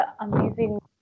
amazing